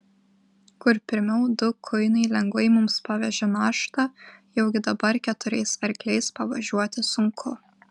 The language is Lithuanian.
kur pirmiau du kuinai lengvai mums pavežė naštą jaugi dabar keturiais arkliais pavažiuoti sunku